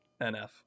NF